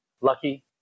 lucky